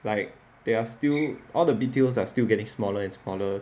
like there are still all the B_T_O are still getting smaller and smaller